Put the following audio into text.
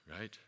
Right